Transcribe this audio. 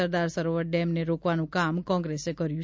સરદાર સરોવર ડેમને રોકવાનું કામ કોંગ્રેસે કર્યું છે